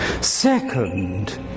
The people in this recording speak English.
Second